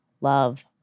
love